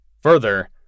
Further